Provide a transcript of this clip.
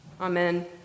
Amen